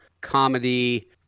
comedy